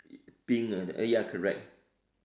pink ya correct